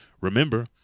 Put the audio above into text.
Remember